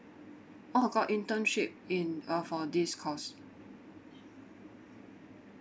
orh got internship in uh for this course